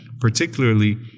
particularly